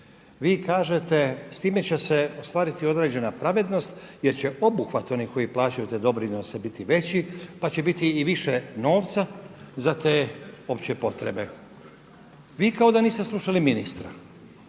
vi kažete s time će se ostvariti određena pravednost jer će obuhvat onih koji plaćaju te doprinose biti veći, pa će biti i više novca za te opće potrebe. Vi kao da niste slušali ministra